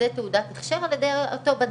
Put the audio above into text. לתת תעודת הכשר על ידי אותו בד"צ,